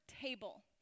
Table